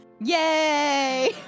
Yay